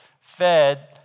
fed